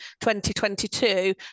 2022